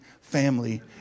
family